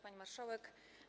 Pani Marszałek!